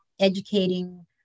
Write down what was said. educating